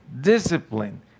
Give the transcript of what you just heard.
discipline